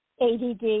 ADD